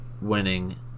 winning